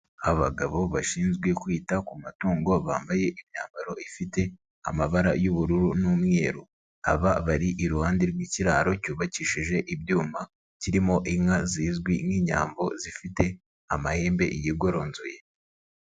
Abagabo bashinzwe kwita ku matungo bambaye imyambaro ifite amabara y'ubururu n'umweru, aba bari iruhande rw'ikiraro cyubakishije ibyuma, kirimo inka zizwi nk'inyambo zifite amahembe yigoronzoye.